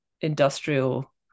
industrial